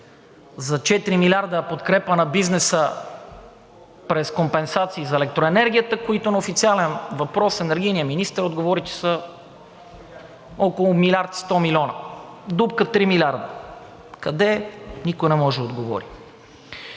милиарда подкрепа на бизнеса през компенсации за електроенергията, които на официален въпрос енергийният министър отговори, че са около милиард и 100 милиона. Дупка – 3 милиарда. Къде? Никой не може да отговори.